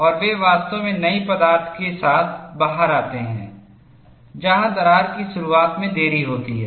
और वे वास्तव में नई पदार्थ के साथ बाहर आते हैं जहां दरार की शुरुआत में देरी होती है